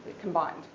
combined